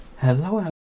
Hello